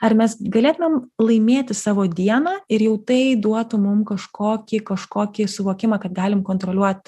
ar mes galėtumėm laimėti savo dieną ir jau tai duotų mum kažkokį kažkokį suvokimą kad galim kontroliuot